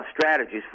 strategies